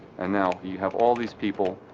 and now you have all this people,